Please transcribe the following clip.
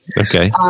Okay